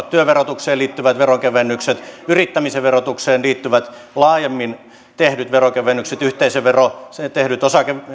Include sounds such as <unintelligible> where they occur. <unintelligible> työn verotukseen liittyvät veronkevennykset yrittämisen verotukseen liittyvät laajemmin tehdyt veronkevennykset yhteisöveroon tehdyt